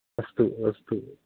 अस्तु अस्तु